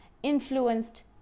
influenced